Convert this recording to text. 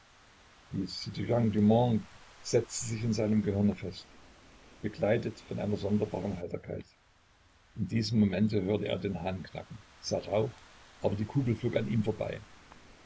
setzte sich in seinem gehirne fest begleitet von einer sonderbaren heiterkeit in diesem momente hörte er den hahn knacken sah rauch aber die kugel flog an ihm vorbei